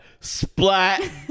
splat